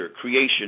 creation